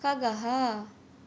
खगः